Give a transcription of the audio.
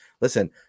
listen –